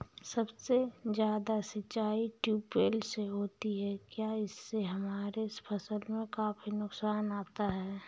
सबसे ज्यादा सिंचाई ट्यूबवेल से होती है क्या इससे हमारे फसल में काफी नुकसान आता है?